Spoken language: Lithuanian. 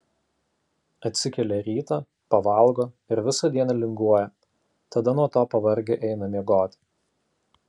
atsikelia rytą pavalgo ir visą dieną linguoja tada nuo to pavargę eina miegoti